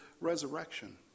resurrection